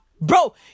Bro